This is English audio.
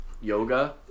yoga